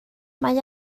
mae